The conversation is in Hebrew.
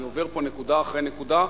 אני עובר פה נקודה אחרי נקודה,